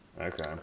Okay